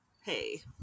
hey